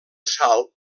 salt